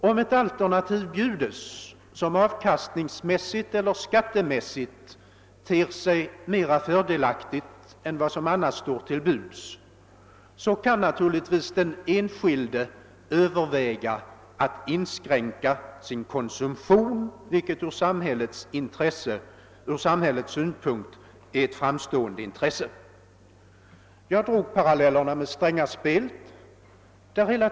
Om ett alternativ erbjuds som avkastningsmässigt eller skattemässigt ter sig mera fördelaktigt än de möjligheter som annars står till buds, kan den enskilde överväga att inskränka sin konsumtion, vilket är ett stort samhällsintresse. Jag drog parallellen med »Strängaspelet».